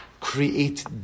create